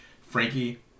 Frankie